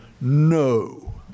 No